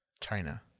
China